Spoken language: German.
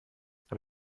habe